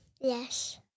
Yes